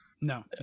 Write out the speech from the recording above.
No